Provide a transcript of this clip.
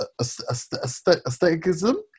aestheticism